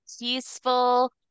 peaceful